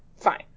fine